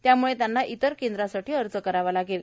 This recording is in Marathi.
त्यामुळं त्यांना इतर केंद्रासाठी अर्ज करावा लागेल